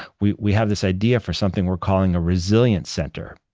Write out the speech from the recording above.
we we have this idea for something we're calling a resilience center.